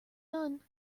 none